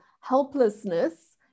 helplessness